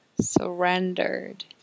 surrendered